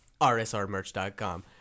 rsrmerch.com